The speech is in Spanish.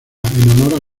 honor